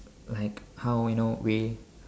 like how you know we